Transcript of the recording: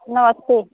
नमस्ते